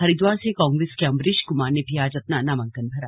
हरिद्वार से कांग्रेस के अंबरीश कुमार ने भी आज अपना नामांकन भरा